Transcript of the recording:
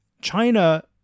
China